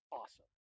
awesome